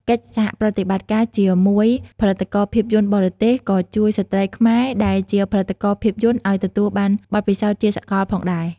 កិច្ចសហប្រតិបត្តិការជាមួយផលិតករភាពយន្តបរទេស ក៏ជួយស្ត្រីខ្មែរដែលជាផលិតករភាពយន្តឱ្យទទួលបានបទពិសោធន៍ជាសកលផងដែរ។